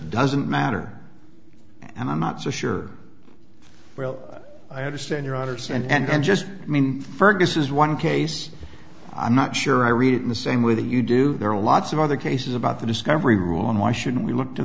doesn't matter and i'm not so sure well i understand your honour's and just i mean fergus is one case i'm not sure i read it in the same way that you do there are lots of other cases about the discovery rule and why should we look to